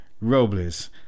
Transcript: Robles